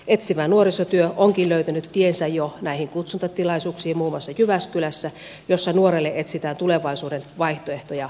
etsivä nuorisotyö onkin jo löytänyt tiensä näihin kutsuntatilaisuuksiin muun muassa jyväskylässä jossa nuorelle etsitään tulevaisuuden vaihtoehtoja yhteistuumin